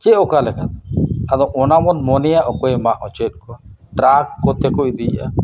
ᱥᱮ ᱚᱠᱟ ᱞᱮᱠᱟ ᱟᱫᱚ ᱚᱱᱟ ᱵᱚᱱ ᱢᱚᱱᱮᱭᱟ ᱚᱠᱚᱭᱮ ᱢᱟᱜ ᱦᱚᱪᱚᱭᱮᱫ ᱠᱚᱣᱟ ᱴᱨᱟᱠ ᱠᱚᱛᱮ ᱠᱚ ᱤᱫᱤᱭᱮᱜᱼᱟ